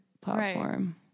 platform